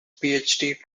phd